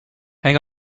hang